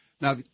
now